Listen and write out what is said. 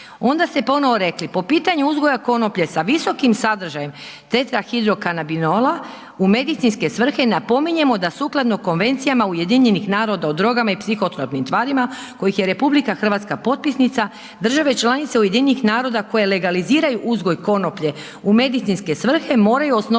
Onda ste ponovo rekli, po pitanju uzgoja konoplje sa visokim sadržajem tetrahidrokanabinola u medicinske svrhe, napominjemo da sukladno Konvenciji UN o drogama i psihotropnim tvarima kojih je RH potpisnica, države članice UN koje legaliziraju uzgoj konoplje u medicinske svrhe moraju osnovat